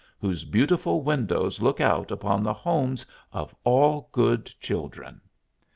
whose beautiful windows look out upon the homes of all good children.